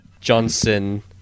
Johnson